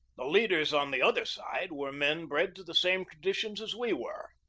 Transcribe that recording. the leaders on the other side were men bred to the same traditions as we were.